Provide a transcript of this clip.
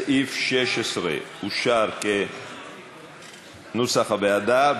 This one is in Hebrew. סעיף 16 אושר כנוסח הוועדה.